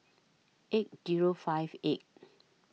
eight Zero five eight